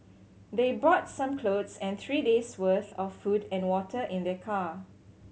they brought some clothes and three days' worth of food and water in their car